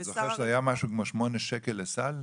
אני זוכר שהיה משהו כמו שמונה שקלים לסל,